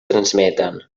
transmeten